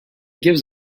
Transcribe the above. gives